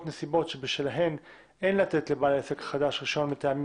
נסיבות שבשלן אין לתת לבעל העסק החדש רישיון מטעמים